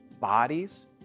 bodies